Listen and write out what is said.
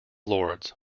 lords